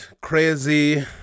crazy